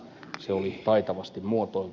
se oli taitavasti muotoiltu